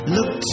Look